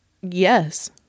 Yes